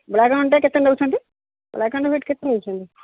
black ଆଣ୍ଡ୍ଟା କେତେ ନେଉଛନ୍ତି ବ୍ଲାକ୍ ଆଣ୍ଡ୍ ହ୍ୱାଇଟ୍ କେତେ ନେଉଛନ୍ତି